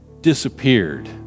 disappeared